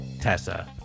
Tessa